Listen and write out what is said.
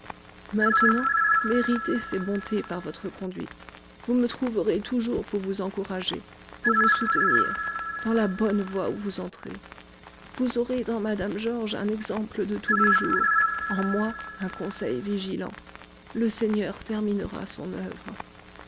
maintenant méritez ses bontés par votre conduite vous me trouverez toujours pour vous encourager pour vous soutenir dans la bonne voie où vous entrez vous aurez dans mme georges un exemple de tous les jours en moi un conseil vigilant le seigneur terminera son oeuvre